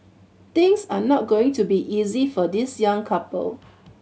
things are not going to be easy for this young couple